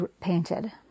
painted